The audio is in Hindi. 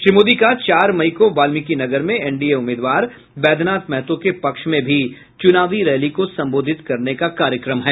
श्री मोदी का चार मई को वाल्मिकीनगर में एनडीए उम्मीदवार वैद्यनाथ महतो के पक्ष में भी चुनावी रैली को संबोधित करने का कार्यक्रम है